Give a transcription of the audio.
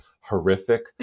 horrific